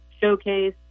showcase